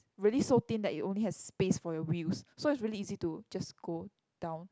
really so thin that you only has space for your wheels so it's really easy to just go down